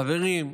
חברים,